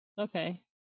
Okay